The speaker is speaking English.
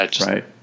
Right